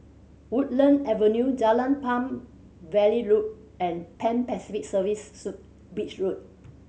Woodlands Avenue Jalan Palm Valley Road and Pan Pacific Serviced Suite Beach Road